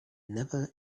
never